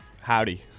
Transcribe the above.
Howdy